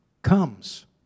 Comes